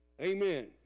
Amen